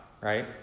right